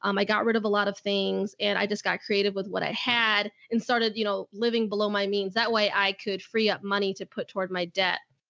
um i got rid of a lot of things and i just got creative with what i had and started, you know, living below my means. that way i could free up money to put towards my debt.